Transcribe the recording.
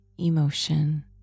emotion